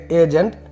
agent